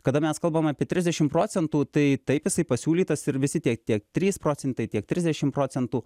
kada mes kalbam apie trisdešim procentų tai taip jisai pasiūlytas ir visi tie tie trys procentai tiek trisdešim procentų